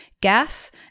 gas